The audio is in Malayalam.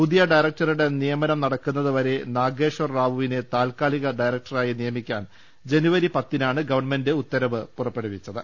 പുതിയ ഡയ റക്ടറുടെ നിയമനം നടക്കുന്നത് വരെ നാഗേശ്വർറാവുവിനെ താൽകാലിക ഡയറക്ടറായി നിയമിക്കാൻ ജനുവരി പത്തിനാണ് ഗവൺമെന്റ് ഉത്ത രവ് പുറപ്പെടുവിച്ചത്